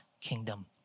kingdom